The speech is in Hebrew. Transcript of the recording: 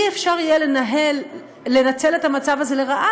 לא יהיה אפשר לנצל את המצב הזה לרעה